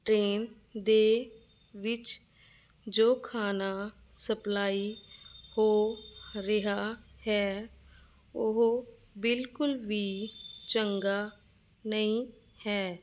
train ਦੇ ਵਿੱਚ ਜੋ ਖਾਣਾ ਸਪਲਾਈ ਹੋ ਰਿਹਾ ਹੈ ਉਹ ਬਿਲਕੁਲ ਵੀ ਚੰਗਾ ਨਹੀਂ ਹੈ